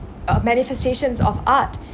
uh manifestations of art